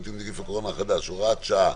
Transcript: עם נגיף הקורונה החדש (הוראת שעה)